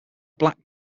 black